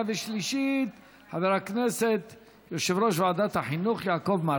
ושלישית יושב-ראש ועדת החינוך חבר הכנסת יעקב מרגי.